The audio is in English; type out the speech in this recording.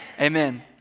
amen